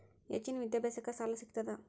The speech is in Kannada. ಹೆಚ್ಚಿನ ವಿದ್ಯಾಭ್ಯಾಸಕ್ಕ ಸಾಲಾ ಸಿಗ್ತದಾ?